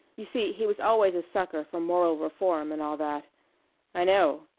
you see he was always a sucker for moral reform, and all that i know,